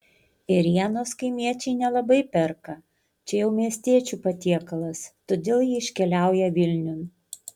ėrienos kaimiečiai nelabai perka čia jau miestiečių patiekalas todėl ji iškeliauja vilniun